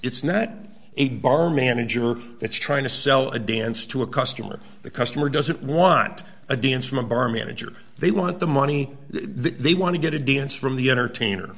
it's not a bar manager that's trying to sell a dance to a customer the customer doesn't want a dance from a bar manager they want the money they want to get a dance from the entertainer